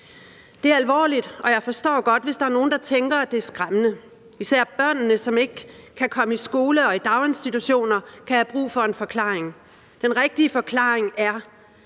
her er alvorligt, og jeg forstår godt, hvis der er nogle, der tænker, at det er skræmmende – især børnene, som ikke kan komme i skole og daginstitution, kan have brug for en forklaring. Den rigtige forklaring er,